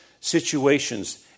situations